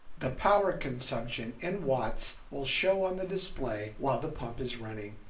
the power consumption in watts will show on the display while the pump is running.